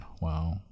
Wow